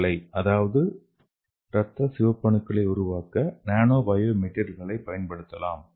க்களை அதாவது இரத்த சிவப்பு அணுக்களை உருவாக்க நானோ பயோ மெட்டீரியல்களைப் பயன்படுத்தலாம்